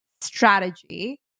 strategy